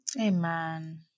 Amen